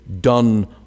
done